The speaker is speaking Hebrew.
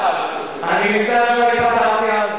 על קושי גובר במעמד הביניים.